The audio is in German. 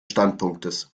standpunktes